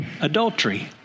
adultery